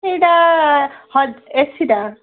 ସେଇଟା ଏସିଟା